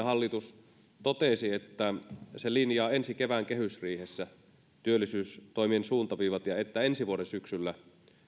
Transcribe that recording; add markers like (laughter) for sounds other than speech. (unintelligible) hallitus totesi että se linjaa ensi kevään kehysriihessä työllisyystoimien suuntaviivat ja että ensi vuoden syksyllä